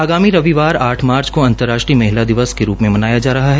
आगामी रविवार आठ मार्च को अंतर्राष्ट्रीय महिला दिवस के रूप में मनाया जा रहा है